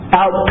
out